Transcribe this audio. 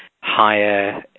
higher